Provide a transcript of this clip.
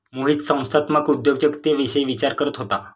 मोहित संस्थात्मक उद्योजकतेविषयी विचार करत होता